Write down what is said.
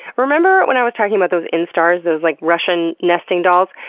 remember when i was talking about those instars, those like russian nesting dolls?